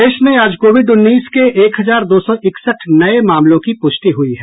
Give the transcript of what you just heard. प्रदेश में आज कोविड उन्नीस के एक हजार दो सौ इकसठ नये मामलों की प्रष्टि हुई है